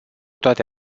toate